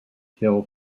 hill